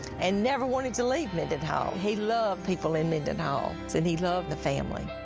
and never wanted to leave mendenhall. he loved people in mendenhall and he loved the family.